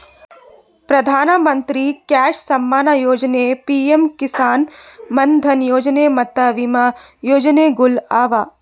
ಪ್ರಧಾನ ಮಂತ್ರಿ ಕೃಷಿ ಸಮ್ಮಾನ ಯೊಜನೆ, ಪಿಎಂ ಕಿಸಾನ್ ಮಾನ್ ಧನ್ ಯೊಜನೆ ಮತ್ತ ವಿಮಾ ಯೋಜನೆಗೊಳ್ ಅವಾ